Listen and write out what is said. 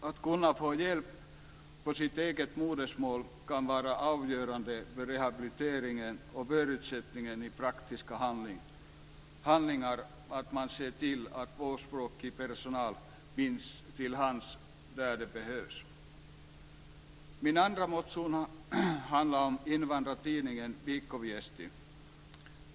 Att kunna få hjälp på sitt eget modersmål kan vara avgörande för rehabilitering och förutsätter i praktisk handling att tvåspråkig personal finns till hands där den behövs. Min andra motion handlar om Invandrartidningen/Viikkoviesti.